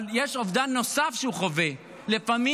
אבל יש אובדן נוסף שהוא חווה לפעמים,